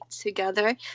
together